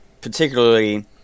particularly